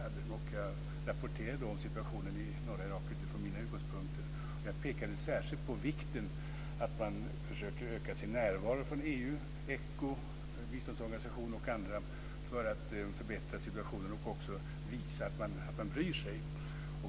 Jag rapporterade då om situationen i norra Irak utifrån mina utgångspunkter och pekade särskilt på vikten av att EU, ECHO, biståndsorganisationer och andra försöker öka sin närvaro för att förbättra situationen och också visa att man bryr sig.